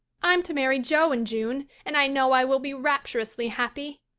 i'm to marry jo in june and i know i will be rapturously happy.